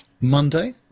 Monday